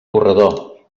corredor